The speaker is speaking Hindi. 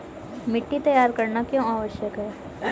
मिट्टी तैयार करना क्यों आवश्यक है?